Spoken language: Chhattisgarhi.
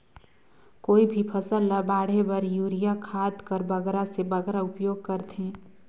कोई भी फसल ल बाढ़े बर युरिया खाद कर बगरा से बगरा उपयोग कर थें?